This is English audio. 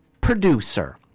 producer